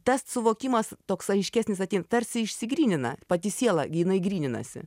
tas suvokimas toks aiškesnis ateina tarsi išsigrynina pati siela gi jinai gryninasi